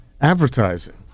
advertising